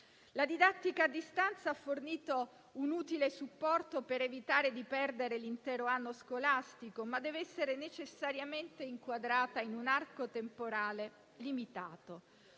La didattica a distanza ha fornito un utile supporto per evitare di perdere l'intero anno scolastico, ma deve essere necessariamente inquadrata in un arco temporale limitato.